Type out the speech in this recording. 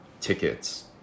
tickets